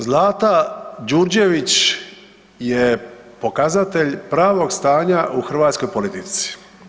Zlata Đurđević je pokazatelj pravog stanja u hrvatskoj politici.